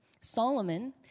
Solomon